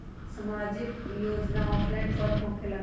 समाजिक योजना offline form होकेला?